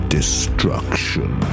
Destruction